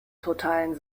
totalen